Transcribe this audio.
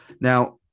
Now